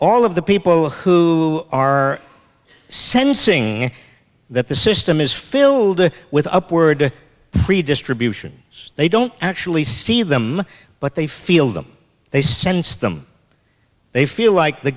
all of the people who are sensing that the system is filled with upward redistribution they don't actually see them but they feel them they sense them they feel like the